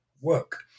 work